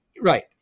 Right